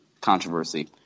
controversy